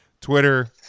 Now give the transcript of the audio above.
Twitter